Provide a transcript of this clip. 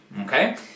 okay